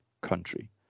country